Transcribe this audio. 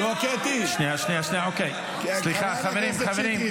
קטי, חברת הכנסת שטרית,